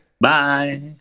Bye